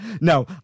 No